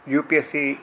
UPSC